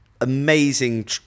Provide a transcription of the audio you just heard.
amazing